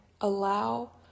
allow